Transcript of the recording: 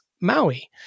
MAUI